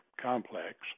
complex